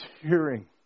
hearing